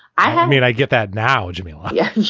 i mean, i get that now, jimmy. ah yes,